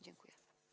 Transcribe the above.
Dziękuję.